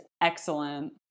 excellent